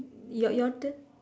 your your turn